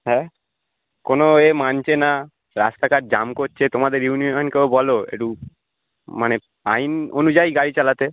হ্যাঁ কোনো এ মানছে না রাস্তাঘাট জাম করছে তোমাদের ইউনিয়নকেও বলো একটু মানে আইন অনুযায়ী গাড়ি চালাতে